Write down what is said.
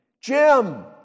Jim